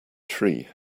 tree